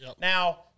Now